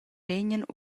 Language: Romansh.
vegnan